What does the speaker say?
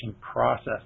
process